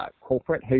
corporate